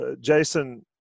Jason